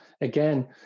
again